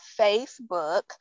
Facebook